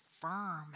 firm